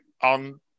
on